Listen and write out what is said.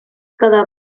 cada